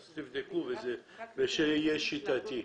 תבדקו, ושזה יהיה שיטתי.